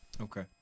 Okay